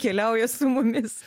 keliauja su mumis